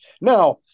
now